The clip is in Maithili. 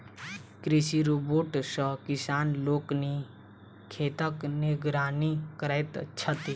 कृषि रोबोट सॅ किसान लोकनि खेतक निगरानी करैत छथि